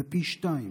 זה פי שניים